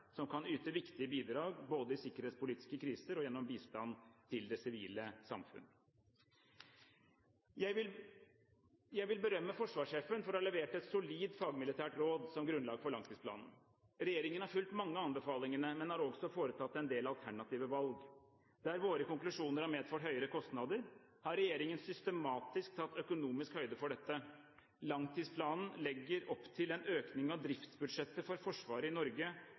som kan yte viktige bidrag både i sikkerhetspolitiske kriser og gjennom bistand til det sivile samfunn. Jeg vil berømme forsvarssjefen for å ha levert et solid fagmilitært råd som grunnlag for langtidsplanen. Regjeringen har fulgt mange av anbefalingene, men har også foretatt en del alternative valg. Der våre konklusjoner har medført høyere kostnader, har regjeringen systematisk tatt økonomisk høyde for dette. Langtidsplanen legger opp til en økning av driftsbudsjettet for Forsvaret i Norge